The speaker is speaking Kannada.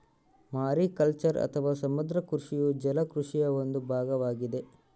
ಮಾರಿಕಲ್ಚರ್ ಅಥವಾ ಸಮುದ್ರ ಕೃಷಿಯು ಜಲ ಕೃಷಿಯ ಒಂದು ಭಾಗವಾಗಿದೆ